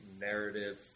narrative